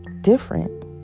different